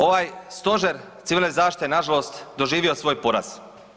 Ovaj Stožer civilne zaštite je, nažalost doživio svoj poraz.